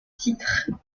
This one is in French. titres